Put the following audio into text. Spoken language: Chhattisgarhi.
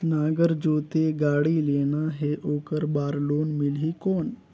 नागर जोते गाड़ी लेना हे ओकर बार लोन मिलही कौन?